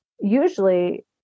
usually